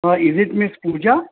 is it miss Pooja